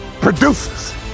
produces